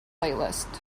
playlist